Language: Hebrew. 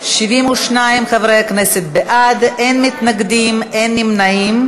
בעד, 72, אין מתנגדים, אין נמנעים.